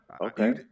Okay